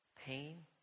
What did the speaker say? pain